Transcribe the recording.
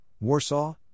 Warsaw